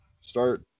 start